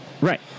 Right